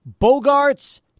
Bogarts